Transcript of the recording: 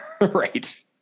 Right